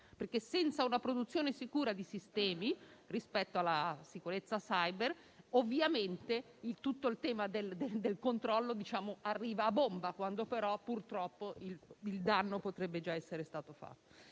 senza una produzione sicura di sistemi per la sicurezza *cyber,* tutto il tema del controllo arriva "a bomba", ma purtroppo il danno potrebbe già essere stato fatto.